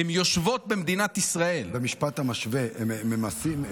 הן יושבות במדינת ישראל, במשפט המשווה הם ממסים?